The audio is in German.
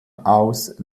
aus